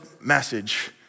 message